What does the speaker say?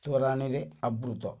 ତୋରାଣୀରେ ଆବୃତ